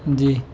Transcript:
جی